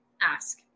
ask